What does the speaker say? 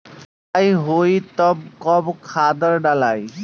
बोआई होई तब कब खादार डालाई?